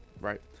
Right